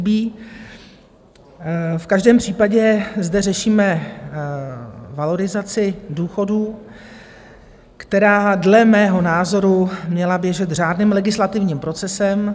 V každém případě zde řešíme valorizaci důchodů, která dle mého názoru měla běžet řádným legislativním procesem.